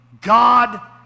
God